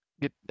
get